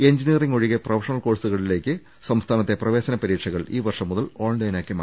engineering ഒഴികെ professional കോഴ്സുകളിലേക്ക് സംസ്ഥാനത്തെ പ്രവേശന പരീക്ഷകൾ ഈ വർഷം മുതൽ ഓൺലൈനാക്കി മാറ്റും